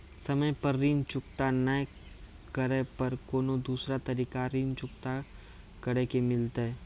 समय पर ऋण चुकता नै करे पर कोनो दूसरा तरीका ऋण चुकता करे के मिलतै?